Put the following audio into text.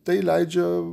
tai leidžia